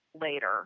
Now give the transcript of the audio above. later